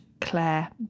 Claire